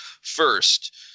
First